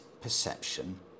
perception